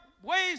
Ways